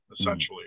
essentially